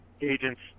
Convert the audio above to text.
agents